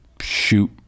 shoot